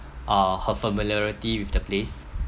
uh her familiarity with the place